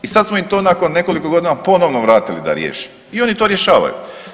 I sad smo im to nakon nekoliko godina ponovno vratili da riješe i oni to rješavaju.